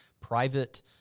private